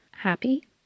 Happy